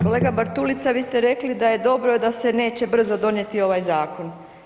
Kolega Bartulica vi ste rekli da je dobro da se neće brzo donijeti ovaj zakon.